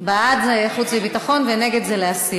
בעד זה לחוץ וביטחון ונגד זה להסיר.